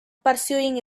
pursuing